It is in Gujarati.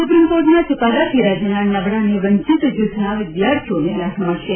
સુપ્રિમ કોર્ટના ચૂકાદાથી રાજયના નબળા અને વંચિત જૂથના વિદ્યાર્થીઓને લાભ મળશે